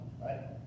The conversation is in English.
right